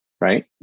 right